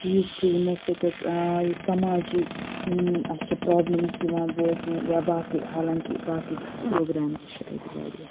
چیٖز چھِ یِمو سٟتۍ حظ یہِ سَماجی یِم اَسہِ چھِ پرابلمٕز یِوان بوزنہٕ یا باقٕے حالانٛکہِ باقٕے پروگرام تہِ چھِ اَتہِ واریاہ